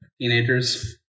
teenagers